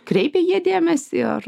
kreipia jie dėmesį ar